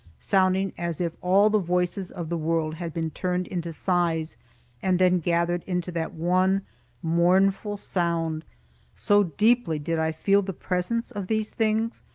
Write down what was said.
sounding as if all the voices of the world had been turned into sighs and then gathered into that one mournful sound so deeply did i feel the presence of these things,